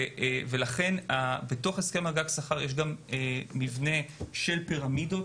לכן בתוך הסכם הגג שכר יש מבנה של פירמידות,